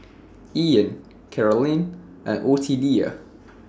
Ian Carolynn and Ottilia